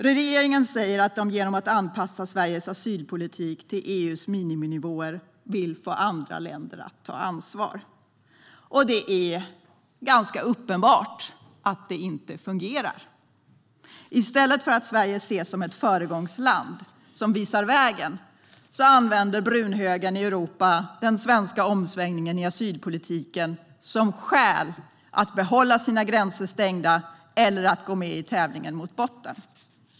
Regeringen säger att den genom att anpassa Sveriges asylpolitik till EU:s miniminivåer vill få andra länder att ta ansvar. Det är ganska uppenbart att det inte fungerar. I stället för att Sverige ses som ett föregångsland som visar vägen, använder brunhögern i Europa den svenska omsvängningen i asylpolitiken som skäl för att behålla sina gränser stängda eller gå med i tävlingen mot botten.